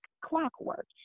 clockwork